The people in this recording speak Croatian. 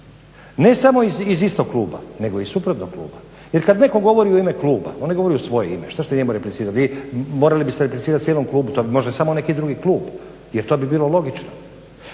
ne samo iz istog kluba nego iz suprotnog kluba jer kad netko govori u ime kluba on ne govori u svoje ime, šta ćete njemu replicirati. Morali biste replicirat cijelom klubu, to može samo neki drugi klub jer to bi bilo logično.